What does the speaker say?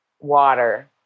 water